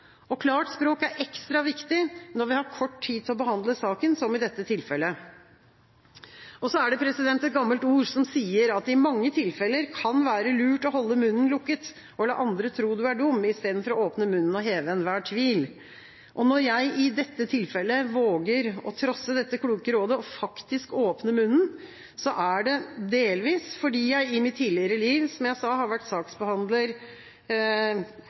på. Klart språk er ekstra viktig når vi har kort tid til å behandle saken, som i dette tilfellet. Det er et gammelt ord som sier at det i mange tilfeller kan være lurt å holde munnen lukket og la andre tro du er dum, istedenfor å åpne munnen og heve enhver tvil. Når jeg i dette tilfellet våger å trosse dette kloke rådet og faktisk åpne munnen, er det delvis fordi jeg i mitt tidligere liv, som jeg sa, har vært saksordfører for mange saker, men at jeg også har vært saksbehandler